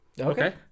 Okay